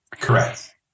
Correct